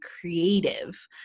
creative